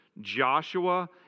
Joshua